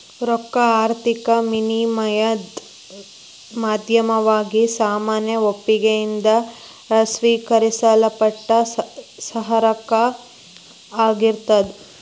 ರೊಕ್ಕಾ ಆರ್ಥಿಕ ವಿನಿಮಯದ್ ಮಾಧ್ಯಮವಾಗಿ ಸಾಮಾನ್ಯ ಒಪ್ಪಿಗಿ ಯಿಂದ ಸ್ವೇಕರಿಸಲ್ಪಟ್ಟ ಸರಕ ಆಗಿರ್ತದ್